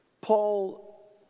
Paul